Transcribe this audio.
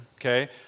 Okay